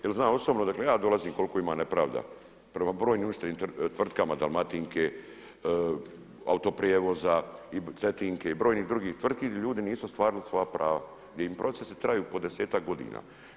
Jer znam osobno odakle ja dolazim koliko ima nepravda prema brojnim … tvrtkama Dalmatinke, Autoprijevoza, Cetinke i brojnih drugih tvrtki gdje ljudi nisu ostvarili svoja prava gdje im procesi traju po 10-ak godina.